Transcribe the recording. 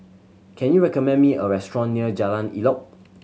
can you recommend me a restaurant near Jalan Elok